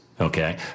Okay